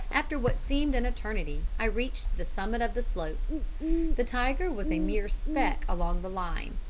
after what seemed an eternity, i reached the summit of the slope the tiger was a mere speck along the line.